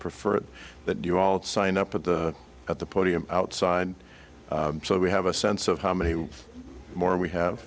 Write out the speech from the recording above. prefer that you all sign up at the at the podium outside so we have a sense of how many more we have